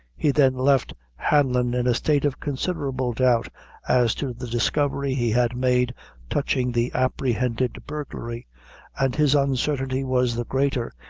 he then left hanlon in a state of considerable doubt as to the discovery he had made touching the apprehended burglary and his uncertainty was the greater,